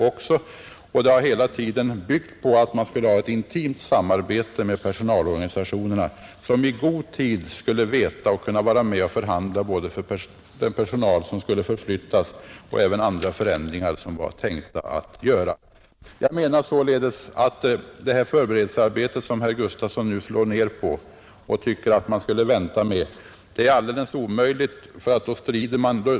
Omorganisationerna har hela tiden byggt på att man skulle ha ett intimt samarbete med personalorganisationerna, som i god tid skulle få informationer och ha möjlighet att förhandla både för den personal som skulle förflyttas och i samband med andra planerade förändringar. Jag menar således att det förberedelsearbete som herr Gustavsson nu slår ner på och tycker att man skulle vänta med är alldeles omöjligt att uppskjuta.